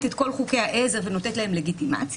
את כל חוקי העזר ונותנת להם לגיטימציה,